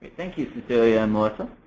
thank you cecilia and melissa.